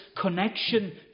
connection